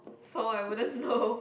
so I wouldn't know